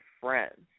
friends